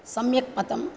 सम्यक् पतम्